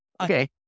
Okay